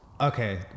Okay